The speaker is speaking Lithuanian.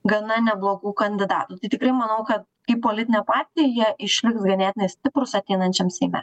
gana neblogų kandidatų tai tikrai manau kad į politinę partiją jie išliks ganėtinai stiprūs ateinančiam seime